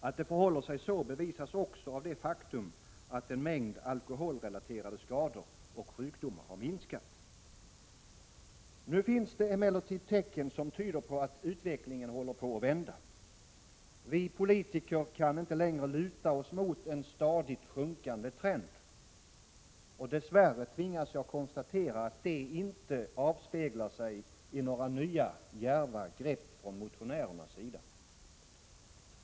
Att det förhåller sig så bevisas också av det faktum att en mängd alkoholrelaterade skador och sjukdomar har minskat. Nu finns det emellertid tecken som tyder på att utvecklingen håller på att vända. Vi politiker kan inte längre luta oss mot en stadigt sjunkande trend. Dess värre tvingas jag konstatera att detta inte avspeglar sig i några nya, djärva grepp från motionärernas sida.